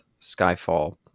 Skyfall